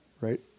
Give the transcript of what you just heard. Right